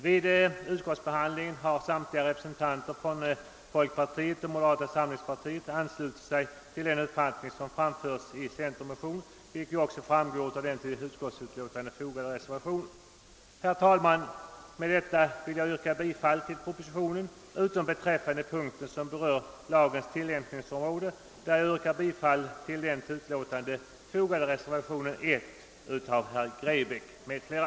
Vid behandlingen av den frågan har samtliga representanter från folkpartiet och moderata samlingspartiet anslutit sig till den uppfattning som framförs i centermotionen, vilket ju också framgår av den till utlåtandet fogade reservationen. Herr talman! Med det sagda vill jag yrka bifall till propositionen utom beträffande den punkt som berör lagens tillämpningsområde, där jag yrkar bifall till den vid utlåtandet fogade reservationen av herr Grebäck m.fl.